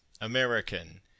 American